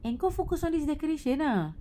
and go focus on his decoration ah